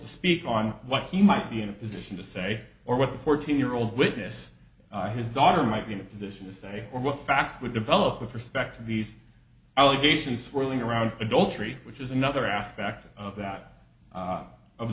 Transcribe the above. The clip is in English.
to speak on what he might be in a position to say or what the fourteen year old witness his daughter might be in a position to say or what the fact would develop with respect to these allegations swirling around adultery which is another aspect of that